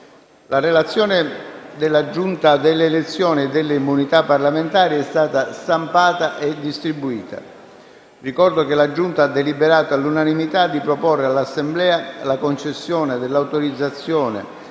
La relazione della Giunta delle elezioni e delle immunità parlamentari è stata stampata e distribuita. Ricordo che la Giunta ha deliberato all'unanimità di proporre all'Assemblea la concessione dell'autorizzazione